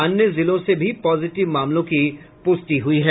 अन्य जिलों से भी पॉजिटिव मामलों की पुष्टि हुई है